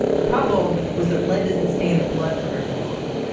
the problem was that lead doesn't stay in the blood for very long.